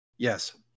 Yes